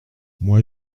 moi